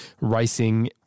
racing